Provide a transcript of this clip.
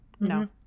No